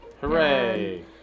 Hooray